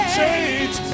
change